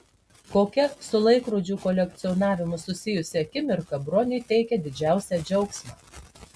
kokia su laikrodžių kolekcionavimu susijusi akimirka broniui teikia didžiausią džiaugsmą